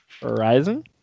Horizon